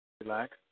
Relax